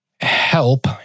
help